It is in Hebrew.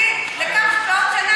תבין שבעוד שנה אני אגיד לך.